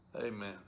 Amen